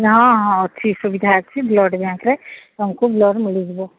ହଁ ହଁ ଅଛି ସୁବିଧା ଅଛି ବ୍ଲଡ୍ ବ୍ୟାଙ୍କରେ ତୁମକୁ ବ୍ଲଡ୍ ମିଳିଯିବ